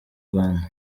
rwanda